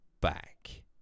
back